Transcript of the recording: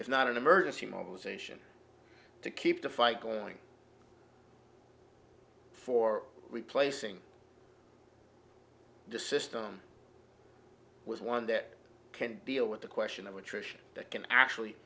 it's not an emergency mobilization to keep the fight going for replacing the system was one that can deal with the question of attrition that can actually